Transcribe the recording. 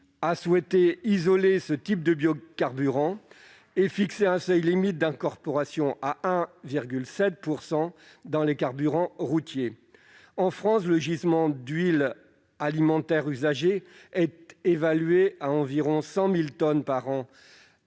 a souhaité isoler ce type de biocarburants et fixer un seuil limite d'incorporation à 1,7 % dans les carburants routiers. En France, le gisement d'huiles alimentaires usagées est évalué à environ 100 000 tonnes par an.